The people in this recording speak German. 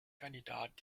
kandidat